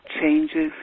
changes